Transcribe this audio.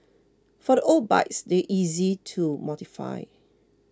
for the old bikes they're easy to modify